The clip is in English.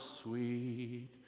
sweet